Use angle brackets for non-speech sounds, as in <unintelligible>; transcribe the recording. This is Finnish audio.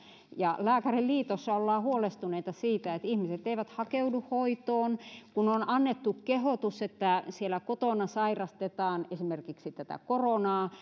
lääkäriliitossa ollaan huolestuneita siitä että ihmiset eivät hakeudu hoitoon kun on annettu kehotus että siellä kotona sairastetaan esimerkiksi tätä koronaa <unintelligible>